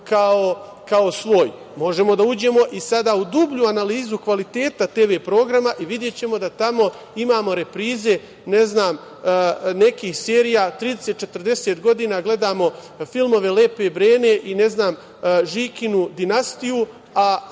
kao svoj. Možemo da uđemo i sada u dublju analizu kvaliteta tv programa i videćemo da tamo imamo reprize, ne znam, nekih serija, 30, 40 godina gledamo filmove Lepe Brene i Žikinu dinastiju, a